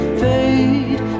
fade